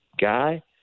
guy